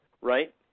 right